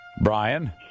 Brian